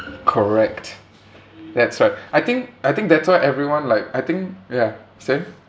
correct that's right I think I think that's why everyone like I think ya say